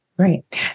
Right